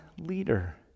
leader